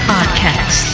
Podcast